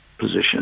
position